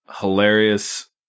hilarious